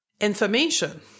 information